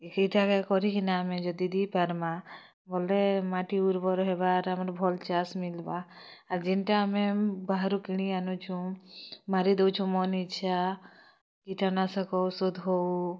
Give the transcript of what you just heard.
ଏହିଟା କେ କରିକିନା ଆମେ ଯଦି ଦେଇ ପାରମା ବୋଲେ ମାଟି ଉର୍ବର୍ ହବାର୍ ଆମେ ଭଲ୍ ଚାଷ୍ ମିଲ୍ବା ଆ ଯେନ୍ତା ଆମେ ବାହାରୁ କିଣି ଆନୁଛୁଁ ମାରି ଦଉଛୁଁ ମନ୍ ଇଚ୍ଛା କୀଟନାଶକ୍ ଔଷଧ୍ ହଉ